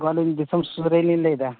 ᱟᱹᱞᱤᱧ ᱫᱤᱥᱚᱢ ᱥᱩᱥᱟᱹᱨᱤᱭᱟᱹᱞᱤᱧ ᱞᱟᱹᱭᱮᱫᱟ